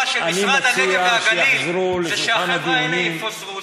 אני בעד מינהל תקין.